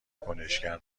کنشگر